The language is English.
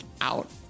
out